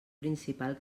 principal